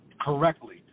correctly